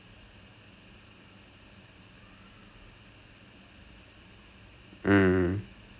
at least so far it's been a very unique experience you know because it's unlike all the other wing